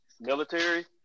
military